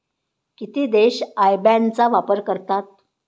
किती देश IBAN चा वापर करतात?